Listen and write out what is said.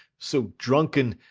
so drunken,